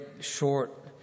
short